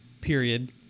period